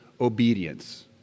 obedience